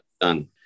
done